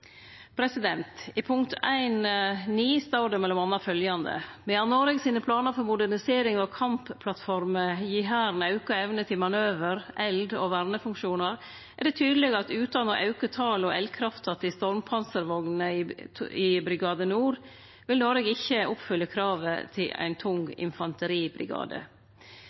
I punkt 9 står det m.a. følgjande: «Medan Noreg sine planar for modernisering av kampplattformer gir Hæren auka evne til manøver, eld og vernefunksjonar, er det tydeleg at utan å auke talet og eldkrafta til stormpanservognene 2 i Brigade Nord, vil Noreg ikkje oppfylle kravet til ein tung